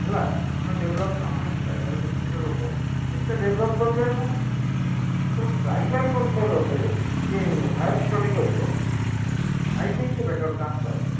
ହେଲା ଆମେ ଡେଭଲୋପ୍ ଆମେ ଟ୍ରାଇବାଲ୍ ଡିଷ୍ଟ୍ରିକ୍ଟର ଲୋକ ଏତେ ଡେଭଲୋପ୍ କରିପାରିନୁ ତେଣୁ ଟ୍ରାଇବାଲ୍ କଲ୍ଚର୍ ଉପରେ ଯିଏ ହାୟର୍ ଷ୍ଟଡ଼ି କରିବ ଆଇ ଥିଙ୍କ୍ ସେ ବେଟର୍ ଚାନ୍ସ ପାଇବ